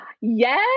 yes